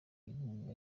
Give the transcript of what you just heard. inkunga